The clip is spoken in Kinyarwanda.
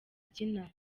akina